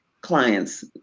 clients